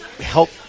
help